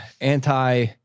anti